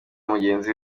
mugenzi